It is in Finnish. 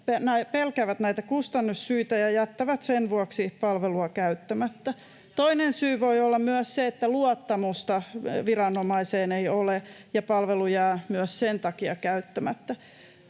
pelkäävät näistä kustannussyistä ja jättävät sen vuoksi palveluja käyttämättä. [Leena Meren välihuuto] Toinen syy voi olla se, että luottamusta viranomaiseen ei ole ja palvelu jää myös sen takia käyttämättä.